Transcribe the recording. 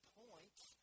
points